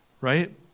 right